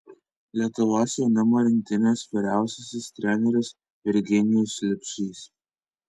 lietuvos jaunimo rinktinės vyriausiasis treneris virginijus liubšys